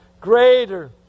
greater